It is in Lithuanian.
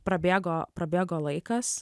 prabėgo prabėgo laikas